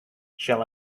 shall